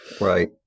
right